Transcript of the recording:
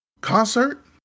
concert